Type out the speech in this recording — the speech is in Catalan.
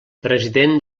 president